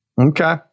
Okay